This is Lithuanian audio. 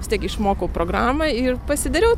vis tiek išmokau programą ir pasidariau